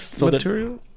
material